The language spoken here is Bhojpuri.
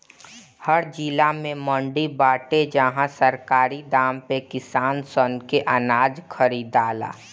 हर जिला में मंडी बाटे जहां सरकारी दाम पे किसान सन के अनाज खरीदाला